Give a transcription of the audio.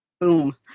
boom